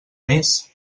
més